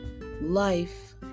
life